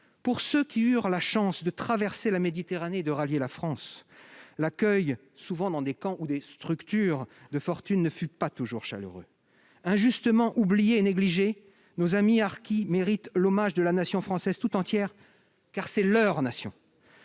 Pour ceux qui eurent la chance de traverser la Méditerranée et de rallier la France, l'accueil, souvent dans des camps ou des structures de fortune, ne fut pas toujours chaleureux. Injustement oubliés et négligés, nos amis harkis méritent l'hommage de la nation française tout entière, car c'est leur nation.